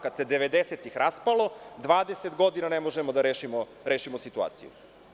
Kad se devedesetih raspalo, 20 godina ne možemo da rešimo situaciju.